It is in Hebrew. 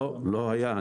לא, לא היה.